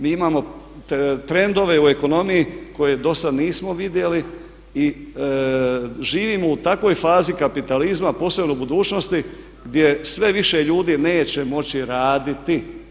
Mi imamo trendove u ekonomiji koje dosad nismo vidjeli i živimo u takvoj fazi kapitalizma, posebno budućnosti gdje sve više ljudi neće moći raditi.